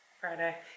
Friday